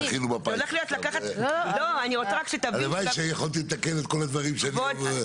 כבוד היושב-ראש -- הלוואי שיכולתי לתקן את כול הדברים.